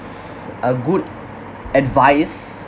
a good advice